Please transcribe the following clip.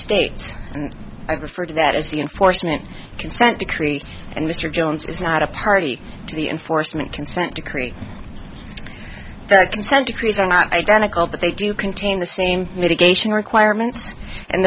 states and i refer to that as the enforcement consent decree and mr jones is not a party to the enforcement consent decree the consent decrees are not identical but they do contain the same mitigation requirements and